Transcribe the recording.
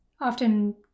often